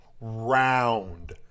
round